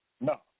No